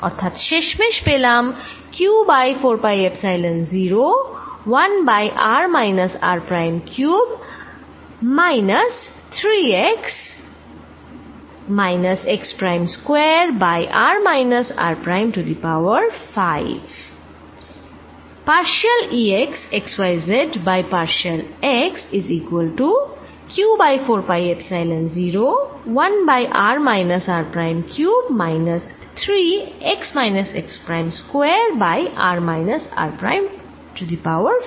অর্থাৎ শেষমেশ পেলাম q বাই 4 পাই epsilon 0 1 by r minus r prime cube minus 3 x minus x prime square by r minus r prime to the power 5